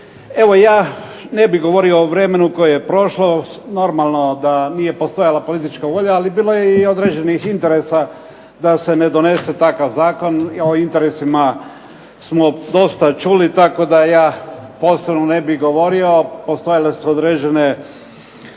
Evo, ja ne bih govorio o vremenu koje je prošlo. Normalno da nije postojala politička volja, ali bilo je i određenih interesa da se ne donese takav zakon. O interesima smo dosta čuli tako da ja posebno ne bih govorio. Postojale su određene,